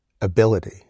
ability